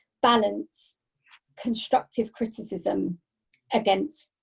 balance constructive criticism against